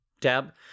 tab